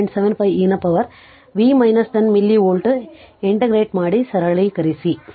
75 e ನ ಪವರ್v 10 millivolt integrate ಮಾಡಿ ಸರಳೀಕರಿಸಿ